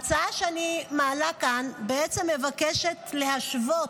ההצעה שאני מעלה כאן בעצם מבקשת להשוות,